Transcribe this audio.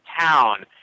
town